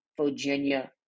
Virginia